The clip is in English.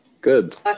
Good